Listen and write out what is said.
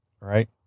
right